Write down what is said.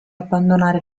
abbandonare